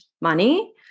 money